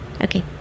Okay